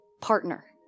partner